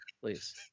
please